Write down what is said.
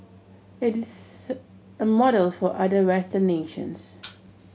it a model for other Western nations